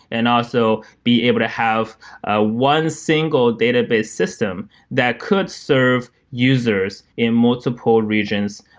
and also, be able to have ah one single database system that could serve users in multiple regions,